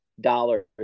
dollars